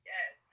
Yes